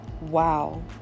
Wow